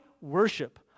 worship